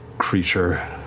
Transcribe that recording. creature,